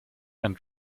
and